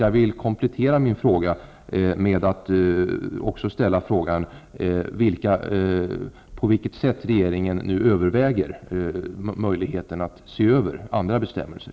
Jag vill komplettera min fråga med att ställa frågan om på vilket sätt regeringen nu överväger möjligheten att se över andra bestäm melser.